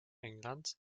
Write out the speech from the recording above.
englands